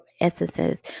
essences